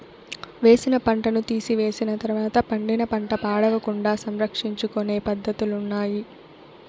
వేసిన పంటను తీసివేసిన తర్వాత పండిన పంట పాడవకుండా సంరక్షించుకొనే పద్ధతులున్నాయి